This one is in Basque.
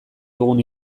dugun